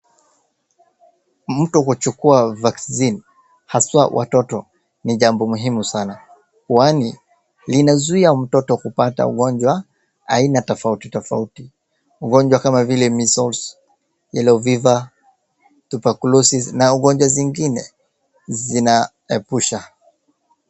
Mtu kuchukua vaccine haswa watoto ni jambo muhimu sana kwani linazuia mtoto kupata ugonjwa aina tofauti tofauti. Ugonjwa kama vile measles, yellow fever, tuberculosis na magonjwa zingine zinahepusha.